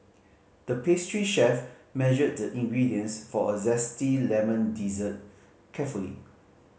the pastry chef measured the ingredients for a zesty lemon dessert carefully